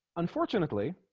unfortunately